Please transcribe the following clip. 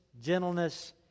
Gentleness